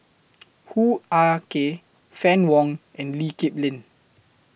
Hoo Ah Kay Fann Wong and Lee Kip Lin